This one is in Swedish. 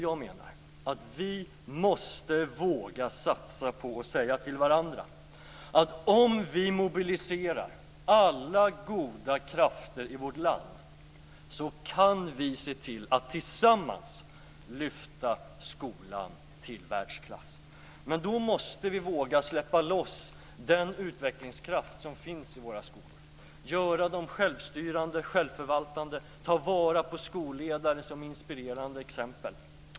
Jag menar att vi måste våga satsa på att säga till varandra att om vi mobiliserar alla goda krafter i vårt land kan vi se till att tillsammans lyfta skolan till världsklass. Men då måste vi våga släppa loss den utvecklingskraft som finns i våra skolor. Vi måste göra dem självstyrande, självförvaltande, vi måste ta vara på skolledare som inspirerande exempel.